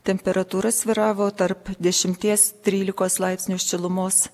temperatūra svyravo tarp dešimties trylikos laipsnių šilumos